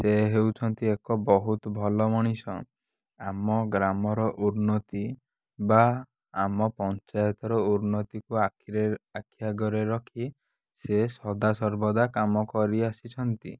ସେ ହେଉଛନ୍ତି ଏକ ବହୁତ ଭଲ ମଣିଷ ଆମ ଗ୍ରାମର ଉନ୍ନତି ବା ଆମ ପଞ୍ଚାୟତର ଉନ୍ନତିକୁ ଆଖିରେ ଆଖି ଆଗରେ ରଖି ସିଏ ସଦା ସର୍ବଦା କାମ କରି ଆସିଛନ୍ତି